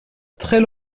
très